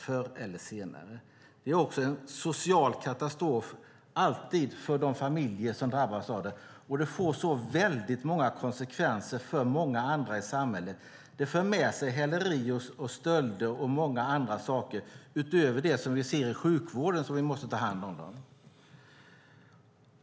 Det är också alltid en social katastrof för de familjer som drabbas av det, och det får väldigt många konsekvenser för många andra i samhället. Det för med sig häleri, stölder och många andra saker utöver det vi ser i sjukvården, där vi måste ta hand om dem.